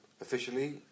Officially